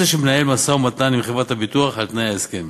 והוא זה שמנהל משא-ומתן עם חברת הביטוח על תנאי ההסכם,